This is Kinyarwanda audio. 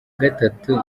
gatatu